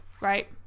right